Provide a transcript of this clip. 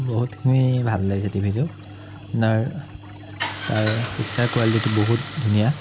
বহুতখিনি ভাল লাগিছে টিভিটো আপোনাৰ তাৰ পিক্সাৰ কুৱালিটিটো বহুত ধুনীয়া